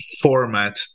format